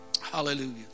Hallelujah